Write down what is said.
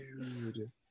Dude